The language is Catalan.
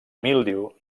míldiu